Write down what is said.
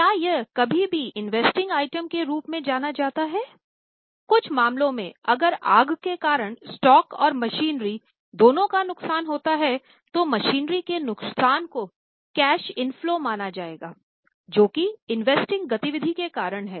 क्या यह कभी भी इन्वेस्टिंग गति विधि के कारण है